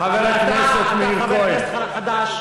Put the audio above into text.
חבר הכנסת מאיר כהן,